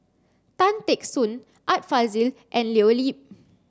Tan Teck Soon Art Fazil and Leo Yip